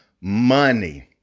money